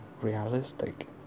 realistic